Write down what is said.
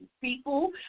people